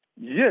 Yes